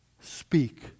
Speak